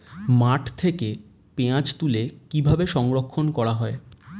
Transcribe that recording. মাঠ থেকে পেঁয়াজ তুলে কিভাবে সংরক্ষণ করা হয়?